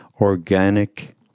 organic